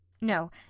No